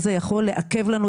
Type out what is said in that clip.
אפשר להגיע למצב שבו הבנים,